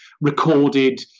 recorded